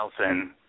Nelson